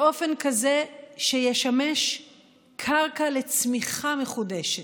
באופן כזה שישמש קרקע לצמיחה מחודשת.